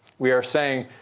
we are saying,